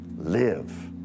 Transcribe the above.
live